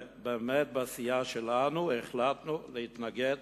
בסיעה שלנו באמת החלטנו להתנגד